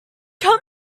come